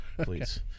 please